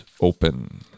open